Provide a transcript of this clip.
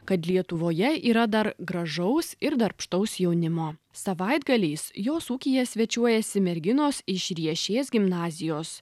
kad lietuvoje yra dar gražaus ir darbštaus jaunimo savaitgaliais jos ūkyje svečiuojasi merginos iš riešės gimnazijos